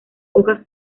hojas